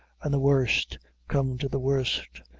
and the worst come to the worst,